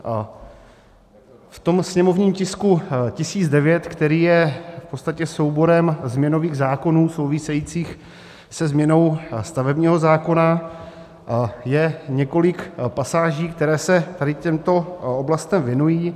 Ve sněmovním tisku 1009, který je v podstatě souborem změnových zákonů souvisejících se změnou stavebního zákona, je několik pasáží které se těmto oblastem věnují.